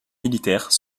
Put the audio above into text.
militaire